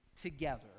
together